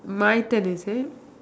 mine turn is it